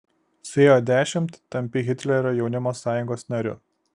suėjo dešimt tampi hitlerio jaunimo sąjungos nariu